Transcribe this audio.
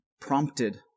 prompted